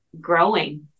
growing